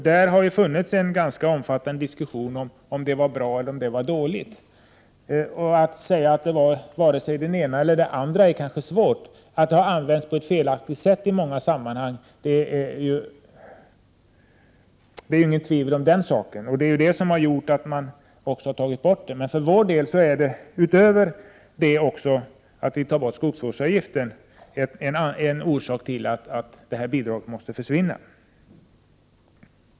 Det har varit en ganska omfattande diskussion om huruvida det bidraget har varit bra eller dåligt. Det är kanske svårt att säga att det har varit antingen bra eller dåligt. Det råder dock inget tvivel om att det har använts på ett felaktigt sätt i många sammanhang. Det är det som har gjort att man har tagit bort det. Det är för vår del också en orsak till att detta bidrag måste försvinna.